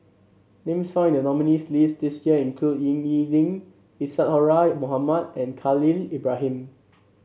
names found in the nominees' list this year include Ying E Ding Isadhora Mohamed and Khalil Ibrahim